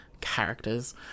characters